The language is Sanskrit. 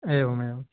एवमेवम्